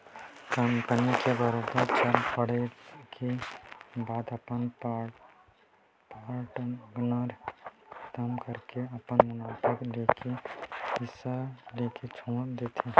company के बरोबर चल पड़े के बाद अपन पार्टनर खतम करके अपन मुनाफा लेके हिस्सा लेके छोड़ देथे